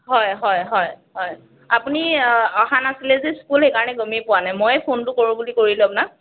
হয় হয় হয় হয় আপুনি অহা নাছিলে যে স্কুল সেইকাৰণে গমেই পোৱা নাই ময়ে ফোনটো কৰোঁ বুলি কৰিলোঁ আপোনাক